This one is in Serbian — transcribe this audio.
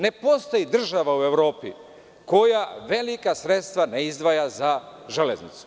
Ne postoji država u Evropi koja velika sredstva ne izdvaja za železnicu.